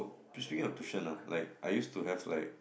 your tuition lah like I used to have like